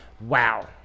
Wow